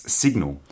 signal